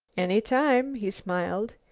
any time, he smiled.